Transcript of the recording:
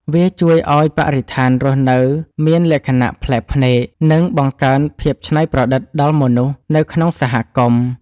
វាជួយឱ្យបរិស្ថានរស់នៅមានលក្ខណៈប្លែកភ្នែក និងបង្កើនភាពច្នៃប្រឌិតដល់មនុស្សនៅក្នុងសហគមន៍។